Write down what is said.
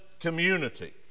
Community